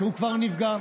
שהוא כבר נפגע,